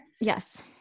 Yes